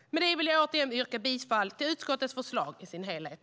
Med det vill jag återigen yrka bifall till utskottets förslag i dess helhet.